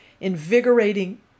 invigorating